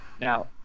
Now